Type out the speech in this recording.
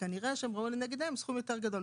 כנראה שהם ראו לנגד עיניהם סכום יותר גדול,